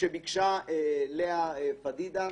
שביקשה לאה פדידה,